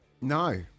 no